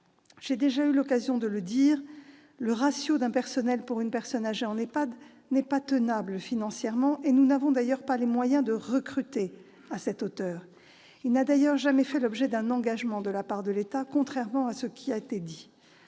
J'ai déjà eu l'occasion de le dire : le ratio d'un personnel pour une personne âgée en EHPAD n'est pas tenable financièrement, et nous n'avons d'ailleurs pas les moyens de recruter à cette hauteur. Il n'a d'ailleurs jamais fait l'objet d'un engagement de la part de l'État, contrairement à ce qui a été